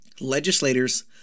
Legislators